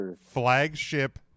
Flagship